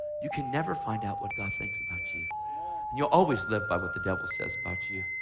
you can never find out what god thinks about you, and you'll always live by what the devil says about you.